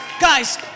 guys